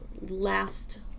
last